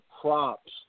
props